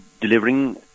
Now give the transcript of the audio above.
delivering